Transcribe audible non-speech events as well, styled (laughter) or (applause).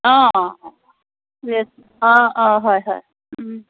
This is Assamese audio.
অঁ অঁ (unintelligible) অঁ অঁ হয় হয়